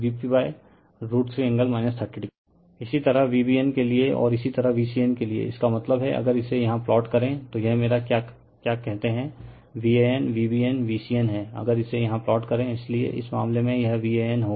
refer slide time 3057 इसी तरह Vbn के लिए और इसी तरह Vcn के लिए इसका मतलब है अगर इसे यहाँ प्लॉट करे तो यह मेरा क्या कहते है Van Vbn Vcn हैं अगर इसे यहाँ प्लॉट करेइसलिए इस मामले में यह Van होगा